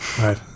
Right